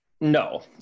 no